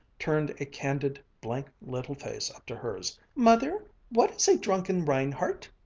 turned a candid, blank little face up to hers, mother, what is a drunken reinhardt?